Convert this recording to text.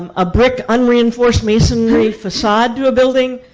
um a brick unreinforced masonry facade to a building,